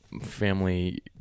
family